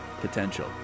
potential